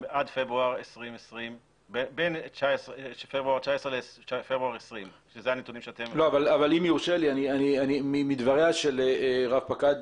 בין פברואר 2019 לפברואר 2020. מדבריה של רב-פקד